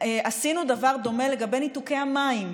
עשינו דבר דומה לגבי ניתוקי המים,